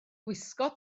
gwisgo